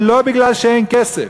ולא בגלל שאין כסף.